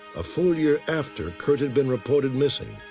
a full year after curt had been reported missing.